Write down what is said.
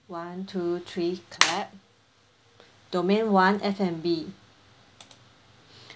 one two three clap domain one F and B